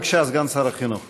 בבקשה, סגן שר החינוך.